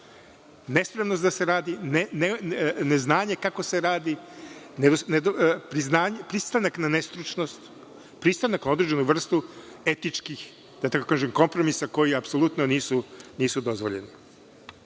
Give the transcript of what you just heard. Nespremnost da se radi, neznanje kako se radi, pristanak na nestručnost, pristanak na određenu vrstu etičkih, da tako kažem kompromisa koji apsolutno nisu dozvoljeni. Govorilo